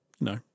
no